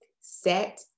Set